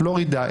פלורידה,